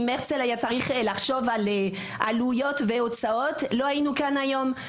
אם הרצל צריך היה לחשוב על עלויות והוצאות אז לא היינו כאן היום.